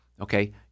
Okay